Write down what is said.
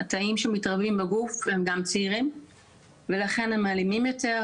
וכי התאים שמתרבים בגוף הם גם צעירים ולכן הם אלימים יותר,